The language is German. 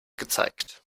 gezeigt